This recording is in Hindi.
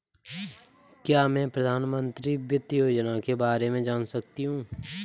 क्या मैं प्रधानमंत्री वित्त योजना के बारे में जान सकती हूँ?